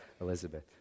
Elizabeth